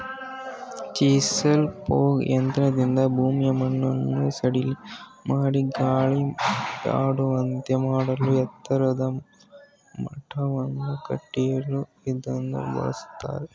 chisel plough ಯಂತ್ರದಿಂದ ಭೂಮಿಯ ಮಣ್ಣನ್ನು ಸಡಿಲಮಾಡಿ ಗಾಳಿಯಾಡುವಂತೆ ಮಾಡಲೂ ಎತ್ತರದ ಮಟ್ಟವನ್ನು ಕಡಿಯಲು ಇದನ್ನು ಬಳ್ಸತ್ತರೆ